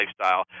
lifestyle